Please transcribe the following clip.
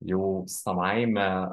jau savaime